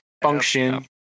function